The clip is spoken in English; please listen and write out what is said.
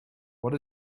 what